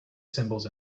symbols